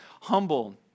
humble